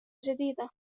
جديدة